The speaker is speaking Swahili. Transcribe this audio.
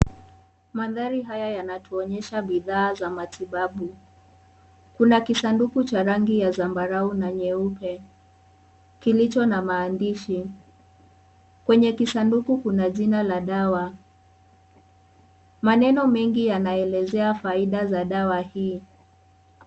Mandhari haya yanatuonyesha bidhaa za matibabu. Kuna kisanduku cha rangi ya zambarau na nyeupe kilicho na maandishi. Kwenye kisaduku kuna jina la dawa. Maneno mengi yanaelezea faida za dawa hii.